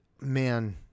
man